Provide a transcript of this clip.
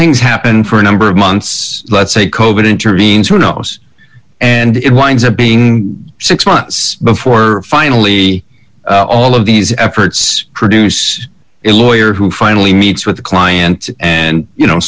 things happen for a number of months let's say coburn intervenes who knows and it winds up being six months before finally all of these efforts produce it lawyer who finally meets with the client and you know